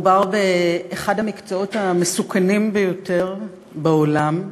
מדובר באחד המקצועות המסוכנים ביותר בעולם,